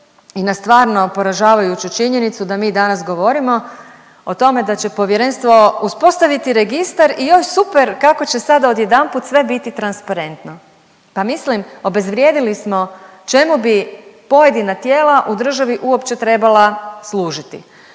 i na stvarno poražavajuću činjenicu da mi danas govorimo o tome da će Povjerenstvo uspostaviti registar i joj super kako će sada odjedanput sve biti transparentno. Pa mislim obezvrijedili smo, čemu bi pojedina tijela u državi uopće trebala služiti.